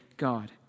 God